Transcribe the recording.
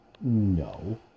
No